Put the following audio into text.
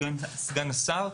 סגן השר,